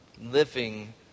living